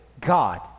God